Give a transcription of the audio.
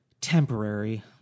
temporary